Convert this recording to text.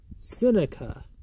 Seneca